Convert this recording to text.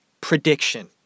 prediction